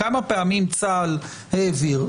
כמה פעמים צה"ל העביר,